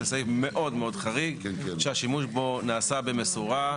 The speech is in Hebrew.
זה סעיף מאוד מאוד חריג שהשימוש בו נעשה במשורה,